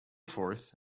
forth